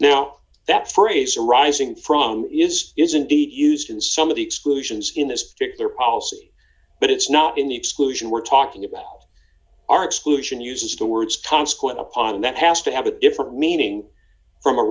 now that phrase arising from is is indeed used in some of the exclusions in this particular policy but it's not in the exclusion we're talking about our exclusion uses the words d consequent upon that has to have a different meaning from a